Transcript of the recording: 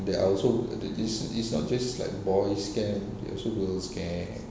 there are also the this is not just like boys camp there is also girls camp